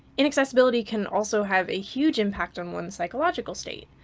inaccessibility can also have a huge impact on one's psychological state.